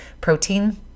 protein